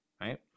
right